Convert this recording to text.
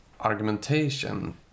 argumentation